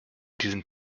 diesen